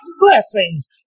blessings